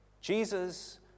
Jesus